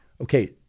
okay